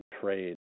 trade